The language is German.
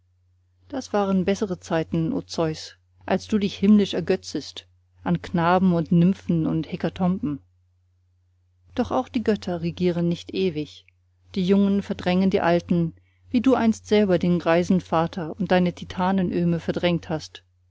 das waren bessere zeiten o zeus als du dich himmlisch ergötztest an knaben und nymphen und hekatomben doch auch die götter regieren nicht ewig die jungen verdrängen die alten wie du einst selber den greisen vater und deine titanen öhme verdrängt hast